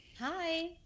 Hi